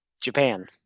Japan